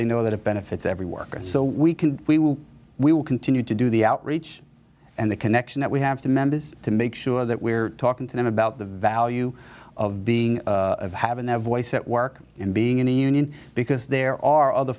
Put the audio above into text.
they know that it benefits every worker so we can we will we will continue to do the outreach and the connection that we have to members to make sure that we're talking to them about the value of being of having their voice at work and being in a union because there are other